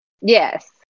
yes